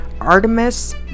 Artemis